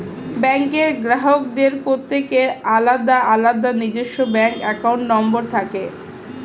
ব্যাঙ্কের গ্রাহকদের প্রত্যেকের আলাদা আলাদা নিজস্ব ব্যাঙ্ক অ্যাকাউন্ট নম্বর থাকে